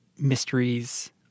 mysteries